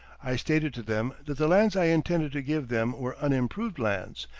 i stated to them that the lands i intended to give them were unimproved lands,